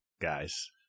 guys